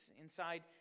inside